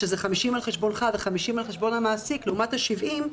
כש-50 על חשבונך ו-50 על חשבון המעסיק, לעומת 70,